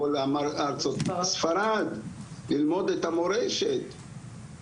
או ארצות ספרד ללמוד את המורשת.